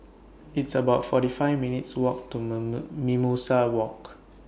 It's about forty five minutes' Walk to Mimosa Walk